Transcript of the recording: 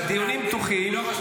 בדיונים הפתוחים --- אני לא חושב